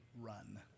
run